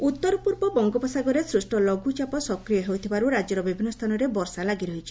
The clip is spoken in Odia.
ପାଣିପାଗ ଉତ୍ତର ପୂର୍ବ ବଙ୍ଗୋପସାଗରରେ ସୂଷ୍ଟ ଲଘୁଚାପ ସକ୍ରିୟ ହେଉଥିବାରୁ ରାଜ୍ୟର ବିଭିନ୍ଦ ସ୍ସାନରେ ବର୍ଷା ଲାଗିରହିଛି